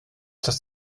das